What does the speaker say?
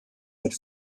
mit